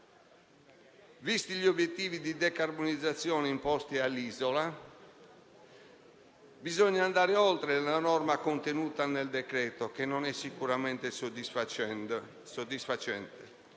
Visti gli obiettivi di decarbonizzazione imposti all'isola, bisogna andare oltre la norma contenuta nel decreto, che non è sicuramente soddisfacente,